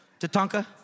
Tatanka